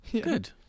good